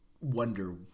wonder